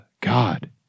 God